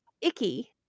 Icky